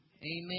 Amen